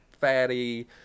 fatty